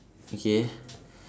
okay